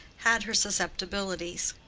had her susceptibilities.